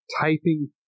typing